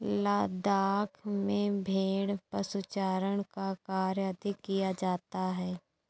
लद्दाख में भेड़ पशुचारण का कार्य अधिक किया जाता है